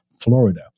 Florida